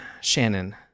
Shannon